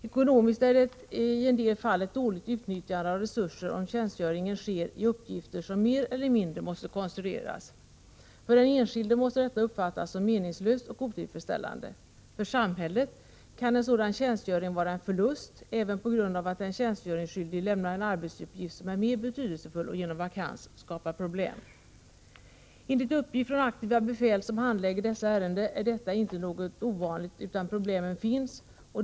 Ekonomiskt är det i en del fall ett dåligt utnyttjande av resurser, om tjänstgöringen består i uppgifter som mer eller mindre måste konstrueras. För den enskilde måste detta uppfattas som meningslöst och otillfredsställande. För samhället kan en sådan tjänstgöring vara en förlust även på grund av att den tjänstgöringsskyldige lämnar en arbetsuppgift som är mer betydelsefull och genom vakans skapar problem. Enligt uppgift från aktiva befäl som handlägger sådana här ärenden är detta inte något ovanligt, utan problem finns.